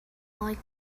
like